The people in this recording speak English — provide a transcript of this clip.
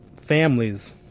families